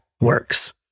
works